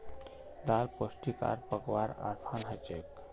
दाल पोष्टिक आर पकव्वार असान हछेक